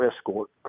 escort